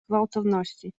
gwałtowności